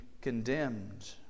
condemned